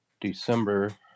December